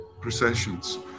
Processions